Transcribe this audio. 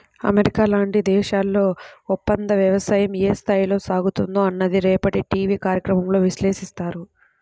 America లాంటి దేశాల్లో ఒప్పందవ్యవసాయం ఏ స్థాయిలో సాగుతుందో అన్నది రేపటి టీవీ కార్యక్రమంలో విశ్లేషిస్తారు